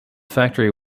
factory